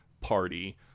party